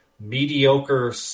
mediocre